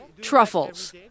truffles